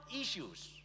issues